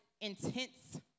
intense